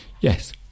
Yes